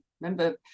remember